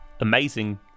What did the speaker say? amazing